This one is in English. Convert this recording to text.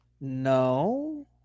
No